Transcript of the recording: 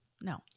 no